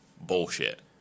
Bullshit